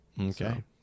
okay